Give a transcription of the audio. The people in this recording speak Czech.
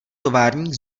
továrník